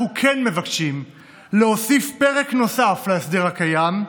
אנחנו כן מבקשים להוסיף פרק להסדר הקיים,